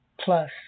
plus